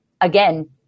again